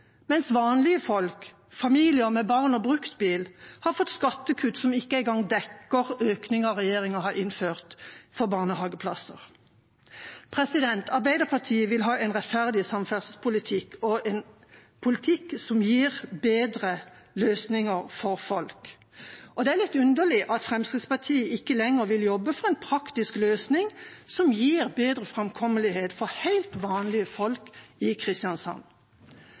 mens vanlige folk, familier med barn og bruktbil, har fått skattekutt som ikke engang dekker økningen regjeringa har innført for barnehageplasser. Arbeiderpartiet vil ha en rettferdig samferdselspolitikk og en politikk som gir bedre løsninger for folk. Det er litt underlig at Fremskrittspartiet ikke lenger vil jobbe for en praktisk løsning som gir bedre framkommelighet for helt vanlige folk i Kristiansand.